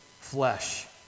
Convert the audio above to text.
flesh